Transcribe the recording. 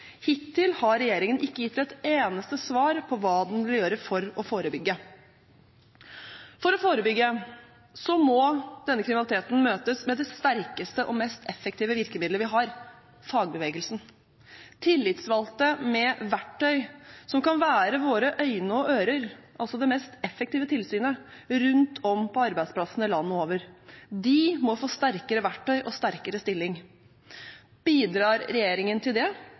Hittil har regjeringen ikke gitt et eneste svar på hva den vil gjøre for å forebygge. For å forebygge må denne kriminaliteten møtes med det sterkeste og mest effektive virkemiddelet vi har: fagbevegelsen. Tillitsvalgte, med verktøy, som kan være våre øyne og ører, er det mest effektive tilsynet rundt om på arbeidsplassene landet over. De må få kraftigere verktøy og sterkere stilling. Bidrar regjeringen til det?